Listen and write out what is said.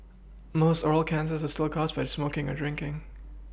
most oral cancers are still caused by smoking or drinking